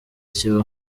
kibaho